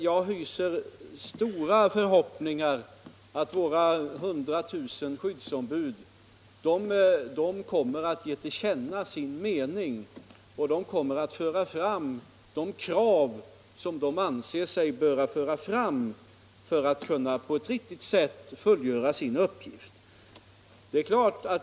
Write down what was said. Jag hyser stora förhoppningar om att våra 100 000 skyddsombud kommer att ge sin mening till känna och föra fram sina krav om förändringar som är nödvändiga för att de skall kunna fullgöra sina uppgifter.